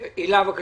הילה, בבקשה.